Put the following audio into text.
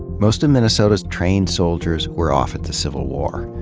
most of minnesota's trained soldiers were off at the civil war.